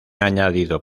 añadido